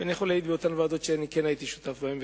ואני יכול להעיד על אותן ועדות שאני הייתי שותף בהן,